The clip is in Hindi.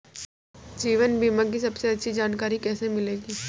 जीवन बीमा की सबसे अच्छी जानकारी कैसे मिलेगी?